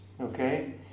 okay